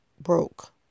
broke